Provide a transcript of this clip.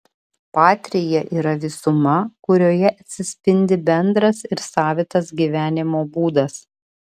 patria yra visuma kurioje atsispindi bendras ir savitas gyvenimo būdas